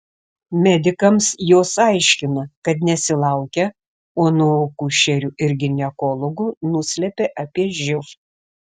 medikams jos aiškina kad nesilaukia o nuo akušerių ir ginekologų nuslepia apie živ